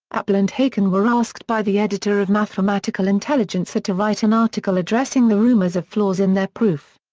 appel and haken were asked by the editor of mathematical intelligencer to write an article addressing the rumors of flaws in their proof.